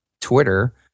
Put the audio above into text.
twitter